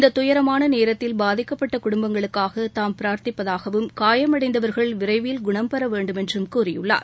இந்த துயரமான நேரத்தில் பாதிக்கப்பட்ட குடும்பங்களுக்காக தாம் பிரார்த்திப்பதாகவும் காயமடைந்தவர்கள் விரைவில் குணம் பெற வேண்டும் என்றும் கூறியுள்ளார்